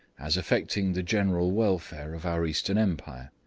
as affecting the general welfare of our eastern empire,